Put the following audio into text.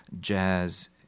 jazz